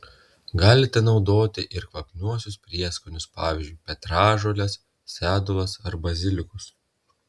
galite naudoti ir kvapniuosius prieskonius pavyzdžiui petražoles sedulas arba bazilikus